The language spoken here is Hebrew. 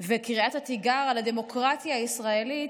וקריאת התיגר על הדמוקרטיה הישראלית,